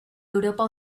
europa